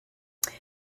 there